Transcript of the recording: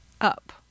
up